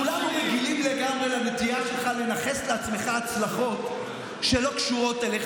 כולנו רגילים לגמרי לנטייה שלך לנכס לעצמך הצלחות שלא קשורות אליך.